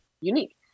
unique